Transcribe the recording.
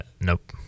Nope